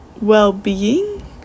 well-being